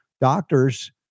doctors